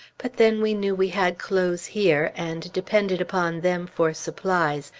but, then, we knew we had clothes here, and depended upon them for supplies,